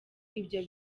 ibyo